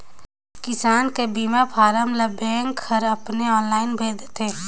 किसान कर बीमा फारम ल बेंक हर अपने आनलाईन भइर देथे